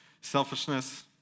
Selfishness